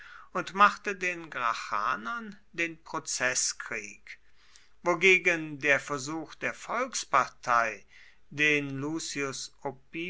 und machte den gracchanern den prozeßkrieg wogegen der versuch der volkspartei den